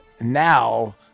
now